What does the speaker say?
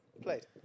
played